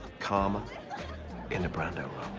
k'harma in the brando